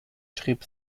schrieb